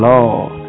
Lord